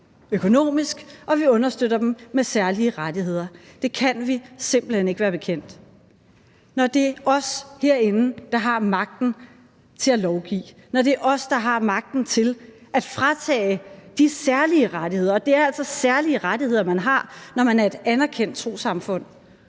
økonomisk og vi understøtter dem med særlige rettigheder. Det kan vi simpelt hen ikke være bekendt. Når det er os herinde, der har magten til at lovgive; når det er os, der har magten til at fratage de særlige rettigheder, og det er altså særlige rettigheder, man har, når man er et anerkendt trossamfund;